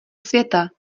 světa